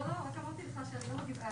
אמרתי לך שאני לא מגיבה.